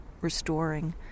restoring